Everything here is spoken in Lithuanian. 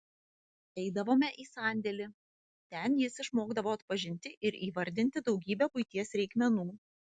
eidavome į sandėlį ten jis išmokdavo atpažinti ir įvardinti daugybę buities reikmenų